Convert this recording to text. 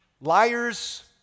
Liars